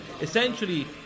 essentially